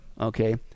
Okay